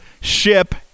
ship